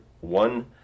one